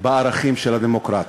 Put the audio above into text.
של הערכים של הדמוקרטיה.